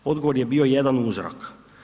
Odgovor je bio jedan uzorak.